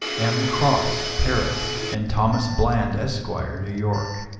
m. crosse, paris, and thomas bland, esq, new york.